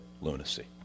lunacy